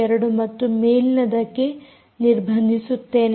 2 ಮತ್ತು ಮೇಲಿನದಕ್ಕೆ ನಿರ್ಬಂಧಿಸುತ್ತೇನೆ